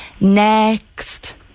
next